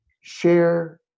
share